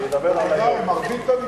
אגב, מרבית הליכוד.